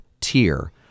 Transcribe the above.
tier